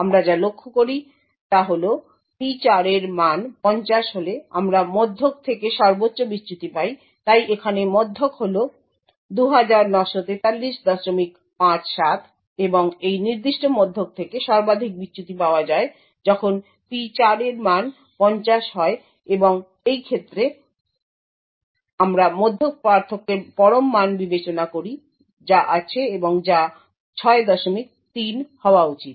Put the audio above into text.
আমরা যা লক্ষ্য করি তা হল P4 এর মান 50 হলে আমরা মধ্যক থেকে সর্বোচ্চ বিচ্যুতি পাই তাই এখানে মধ্যক হল 294357 এবং এই নির্দিষ্ট মধ্যক থেকে সর্বাধিক বিচ্যুতি পাওয়া যায় যখন P4 এর মান 50 হয় এবং এই ক্ষেত্রে আমরা মধ্যক পার্থক্যের পরম মান বিবেচনা করি যা আছে এবং যা 63 হওয়া উচিত